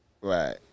Right